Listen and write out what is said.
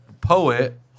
poet